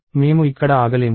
మేము ఇక్కడ ఆగలేము